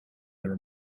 there